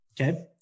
Okay